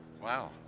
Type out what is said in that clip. Wow